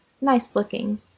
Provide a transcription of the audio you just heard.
nice-looking